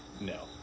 No